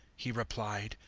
he replied,